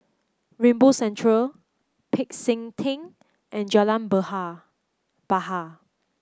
Rainbow Centre Peck San Theng and Jalan Behar Bahar